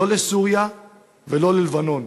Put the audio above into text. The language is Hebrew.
לא לסוריה ולא ללבנון,